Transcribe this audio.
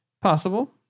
possible